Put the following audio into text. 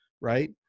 right